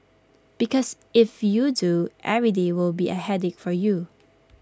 because if you do every day will be A headache for you